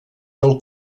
del